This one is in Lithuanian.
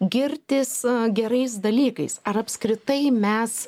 girtis gerais dalykais ar apskritai mes